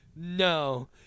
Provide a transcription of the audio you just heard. no